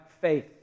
faith